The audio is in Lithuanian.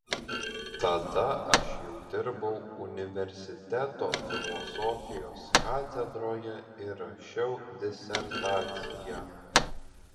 tada aš jau dirbau universiteto filosofijos katedroje ir rašiau disertaciją